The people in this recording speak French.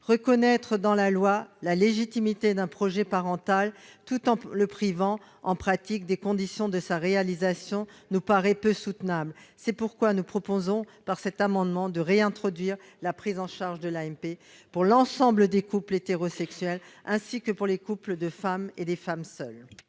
reconnaître dans la loi la légitimité d'un projet parental tout en le privant, en pratique, des conditions de sa réalisation nous paraît peu soutenable. C'est pourquoi nous proposons par cet amendement de réintroduire la prise en charge de l'AMP pour l'ensemble des couples hétérosexuels ainsi que pour les couples de femmes et les femmes seules.